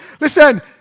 listen